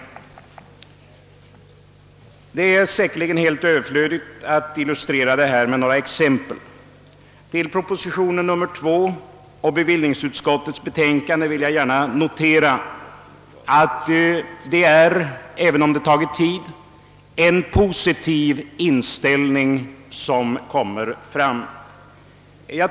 Det är säkerligen helt överflödigt att illustrera detta med några exempel. I anslutning till propositionen och bevillningsutskottets betänkande nr 2 vill jag gärna notera att det, även om det tagit tid, är en positiv inställning som där kommer till synes.